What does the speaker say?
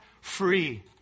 free